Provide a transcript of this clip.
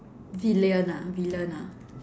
villain ah villain ah